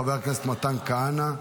חבר הכנסת מתן כהנא,